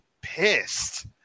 pissed